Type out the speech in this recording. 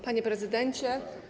Panie Prezydencie!